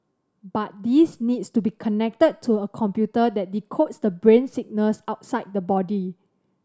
but these needs to be connected to a computer that decodes the brain signals outside the body